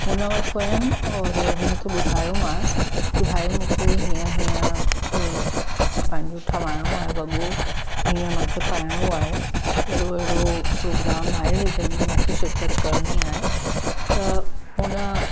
हुन वटि वियमि और हुनखे ॿुधायोमांसि कि भाई मूंखे हीअं हीअं पंहिंजो ठाहिणो आहे वॻो हीअं मांखे पाइणो आहे अहिड़ो अहिड़ो प्रोग्राम आहे जंहिं में मांखे शिरकत करिणी आहे त हुन